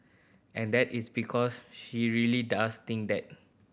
and that is because she really does think that